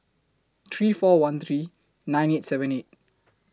three four one three nine eight seven eight